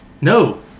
No